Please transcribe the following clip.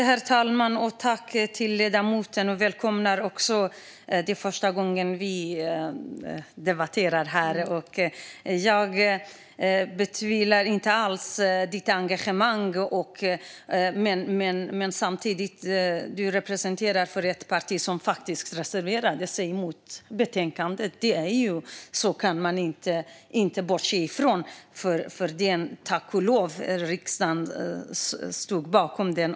Herr talman! Välkommen, ledamoten! Det är första gången vi debatterar här. Jag tvivlar inte alls på ditt engagemang, men samtidigt representerar du ett parti som faktiskt reserverade sig mot förslaget i betänkandet. Det kan man inte bortse från. Tack och lov stod riksdagen ändå bakom det.